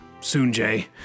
Soonjay